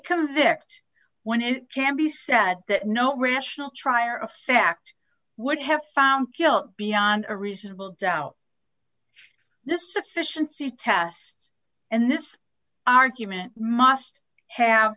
convict when it can be said that no rational trier of fact would have found guilt beyond a reasonable doubt this sufficiency tests and this argument must have